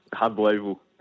Unbelievable